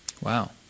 Wow